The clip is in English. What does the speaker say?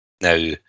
now